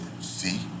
see